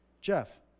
Jeff